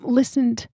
listened